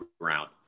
ground